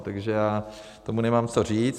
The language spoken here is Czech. Takže já k tomu nemám co říct.